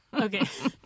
Okay